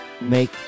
make